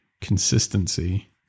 consistency